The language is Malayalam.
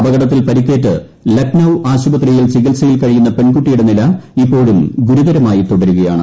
അപകടത്തിൽ പരിക്കേറ്റ് ലക്നൌ ആശുപത്രിയിൽ ചികിത്സയിൽ കഴിയുന്ന പെൺകുട്ടിയുടെ നില ഇപ്പോഴും ഗുരുതരമായി തുടരുകയാണ്